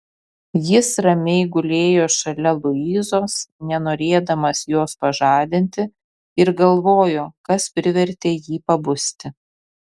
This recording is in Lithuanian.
jis ramiai gulėjo šalia luizos nenorėdamas jos pažadinti ir galvojo kas privertė jį pabusti